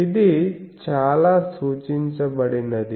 ఇది ఇలా సూచించబడినది